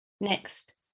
Next